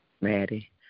Maddie